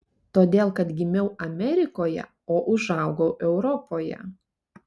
todėl kad gimiau amerikoje o užaugau europoje